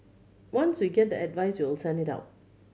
once we get the advice we'll send it out